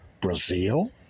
Brazil